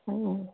ಹ್ಞೂ